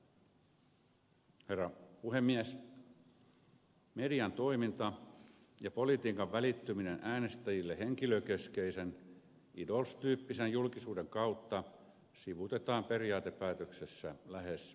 median toiminta ja politiikan välittyminen äänestäjille henkilökeskeisen idols tyyppisen julkisuuden kautta sivuutetaan periaatepäätöksessä lähes täysin